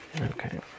Okay